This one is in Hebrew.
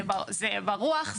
זה ברוח,